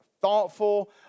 thoughtful